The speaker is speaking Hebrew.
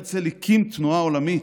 הרצל הקים תנועה עולמית,